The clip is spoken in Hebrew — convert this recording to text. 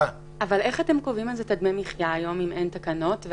איך אתם קובעים את דמי המחייה היום ואין תקנות?